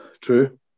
True